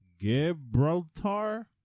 Gibraltar